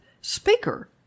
speaker